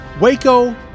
Waco